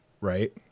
right